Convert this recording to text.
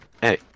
hey